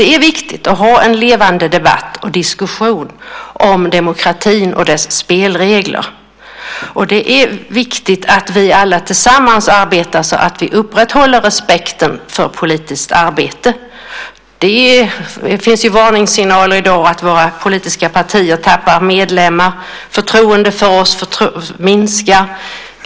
Det är viktigt att ha en levande debatt och diskussion om demokratin och dess spelregler. Det är viktigt att vi alla tillsammans arbetar så att vi upprätthåller respekten för politiskt arbete. Det finns ju varningssignaler i dag om att våra politiska partier tappar medlemmar. Förtroendet för oss minskar.